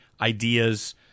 ideas